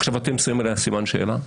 עכשיו אתם שמים עליה סימן שאלה.